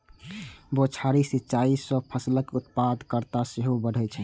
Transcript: बौछारी सिंचाइ सं फसलक उत्पादकता सेहो बढ़ै छै